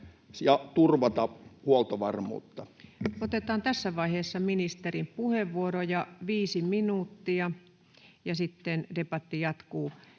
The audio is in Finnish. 19:33 Content: Otetaan tässä vaiheessa ministerin puheenvuoro, viisi minuuttia, ja sitten debatti jatkuu.